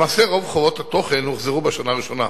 למעשה, רוב חובות התוכן הוחזרו בשנה הראשונה,